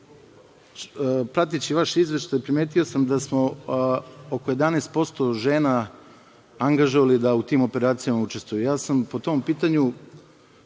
prateći vaš izveštaj, primetio sam da smo oko 11% pošto žena angažovali da u tim operacijama učestvuju. Ja sam po tom pitanju